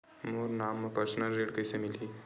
मोर नाम म परसनल ऋण कइसे मिलही?